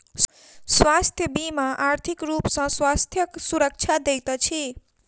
स्वास्थ्य बीमा आर्थिक रूप सॅ स्वास्थ्यक सुरक्षा दैत अछि